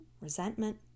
Resentment